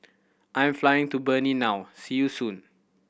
I am flying to Benin now see you soon